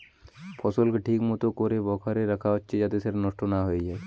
ফসলকে ঠিক মতো কোরে বাখারে রাখা হচ্ছে যাতে সেটা নষ্ট না হয়ে যায়